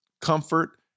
comfort